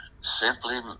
simply